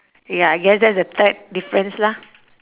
ya I guess that's the third difference lah